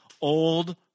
old